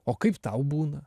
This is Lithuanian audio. o kaip tau būna